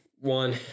One